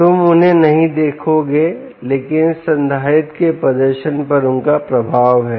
तुम उन्हें नहीं देखोगे लेकिन इस संधारित्र के प्रदर्शन पर उनका प्रभाव है